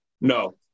No